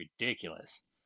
ridiculous